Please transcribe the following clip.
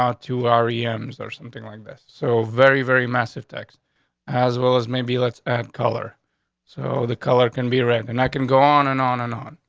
to ari ems or something like this. so very, very massive text as well as maybe let's add color so the color can be read and i can go on and on and on.